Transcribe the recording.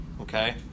Okay